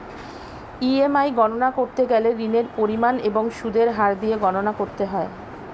EMI গণনা করতে গেলে ঋণের পরিমাণ এবং সুদের হার দিয়ে গণনা করতে হয়